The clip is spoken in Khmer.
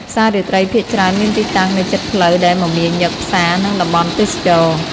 ផ្សាររាត្រីភាគច្រើនមានទីតាំងនៅជិតផ្លូវដែលមមាញឹក ផ្សារ និងតំបន់ទេសចរណ៍។